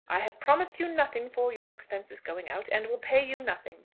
i have promised you nothing for your expenses going out and will pay you nothing.